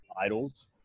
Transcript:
idols